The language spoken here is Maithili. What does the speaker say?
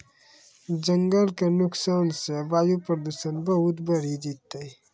जंगल के नुकसान सॅ वायु प्रदूषण बहुत बढ़ी जैतै